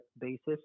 basis